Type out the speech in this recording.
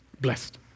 blessed